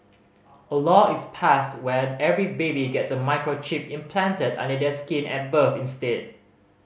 a law is passed where every baby gets a microchip implanted under their skin at birth instead